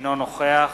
אינו נוכח